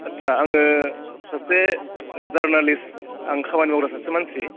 आच्चा आङो सासे जारनालिस्ट आं खामानि मावग्रा सासे मानसि